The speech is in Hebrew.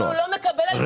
אבל הוא לא מקבל על דצמבר.